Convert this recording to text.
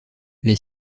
les